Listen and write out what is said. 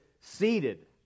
seated